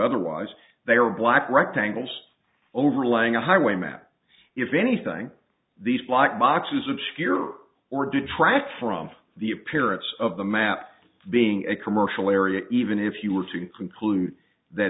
otherwise they are black rectangles overlying a highway map if anything these black boxes obscure or detract from the appearance of the map being a commercial area even if you were to conclude that